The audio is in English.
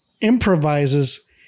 improvises